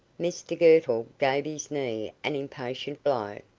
mr girtle gave his knee an impatient blow.